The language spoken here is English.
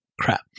crap